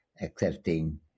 accepting